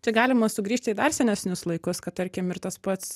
čia galima sugrįžti į dar senesnius laikus kad tarkim ir tas pats